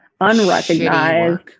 unrecognized